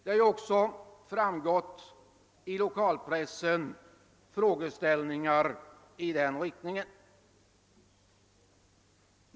Detta har också framgått av lokalpressens uttalanden.